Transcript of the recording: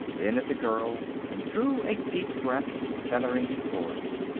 then at the girl, and drew a deep breath, feathering his oars.